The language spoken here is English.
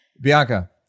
Bianca